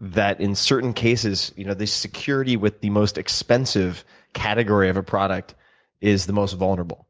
that in certain cases, you know the security with the most expensive category of a product is the most vulnerable.